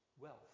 wealth